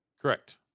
Correct